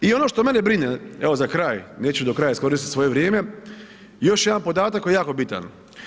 I ono što mene brine evo za kraj, neću do kraja iskoristiti svoje vrijeme, još jedan podatak koji je jako bitan.